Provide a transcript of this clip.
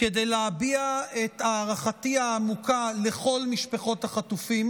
כדי להביע את הערכתי העמוקה לכל משפחות החטופים